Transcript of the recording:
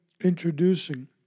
introducing